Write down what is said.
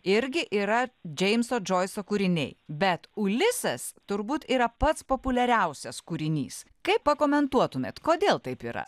irgi yra džeimso džoiso kūriniai bet ulisas turbūt yra pats populiariausias kūrinys kaip pakomentuotumėt kodėl taip yra